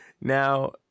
Now